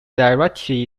directly